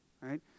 right